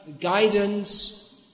guidance